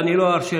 ואני לא ארשה,